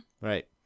right